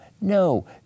No